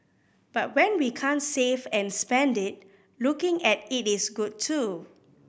but when we can't save and spend it looking at it is good too